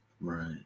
Right